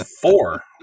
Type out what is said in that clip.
Four